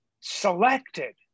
selected